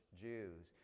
jews